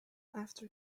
after